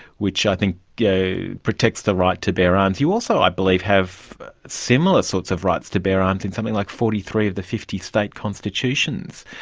which, i think, protects the right to bear arms. you also, i believe, have similar sorts of rights to bear arms in something like forty three of the fifty state constitutions.